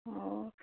ହଁ